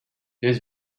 this